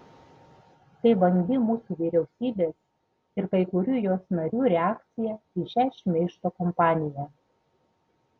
tai vangi mūsų vyriausybės ir kai kurių jos narių reakcija į šią šmeižto kampaniją